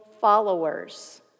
followers